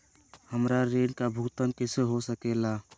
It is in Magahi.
हमरा ऋण का भुगतान कैसे हो सके ला?